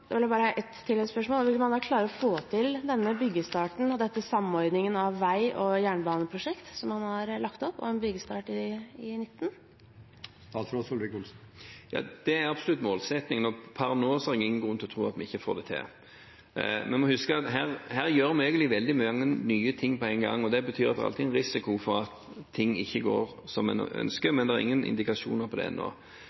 da klare å få til byggestarten og samordningen av vei og jernbaneprosjekt sånn man har lagt opp til, med byggestart i 2019? Det er absolutt målsettingen og per nå er det ingen grunn til å tro at vi ikke får det til. Vi må huske at vi her egentlig gjør veldig mange nye ting på en gang, og det betyr at det alltid er en risiko for at ting ikke går som en ønsker,